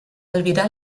albirar